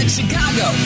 Chicago